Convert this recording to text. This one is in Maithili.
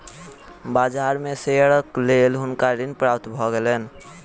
बाजार में शेयरक लेल हुनका ऋण प्राप्त भ गेलैन